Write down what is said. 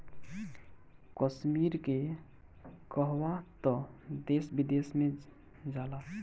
कश्मीर के कहवा तअ देश विदेश में जाला